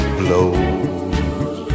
blows